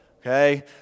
okay